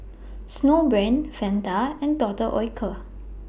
Snowbrand Fanta and Doctor Oetker